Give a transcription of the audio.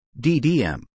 ddm